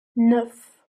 neuf